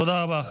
תודה רבה.